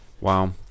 Wow